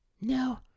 No